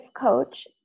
coach